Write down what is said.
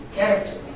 Character